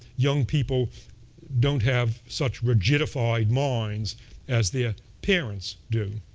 young people don't have such rigidified minds as their parents do.